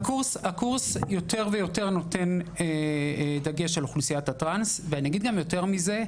הקורס נותן דגש לאוכלוסיית הטרנס ויותר מזה,